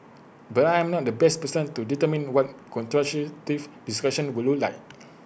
but I am not the best person to determine what constructive discussion would look like